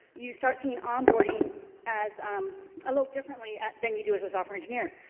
you start seeing onboarding as um a little differently then you do as a software engineer.